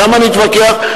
שם נתווכח,